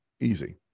easy